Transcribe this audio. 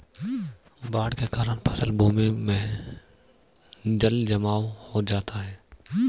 बाढ़ के कारण फसल भूमि में जलजमाव हो जाता है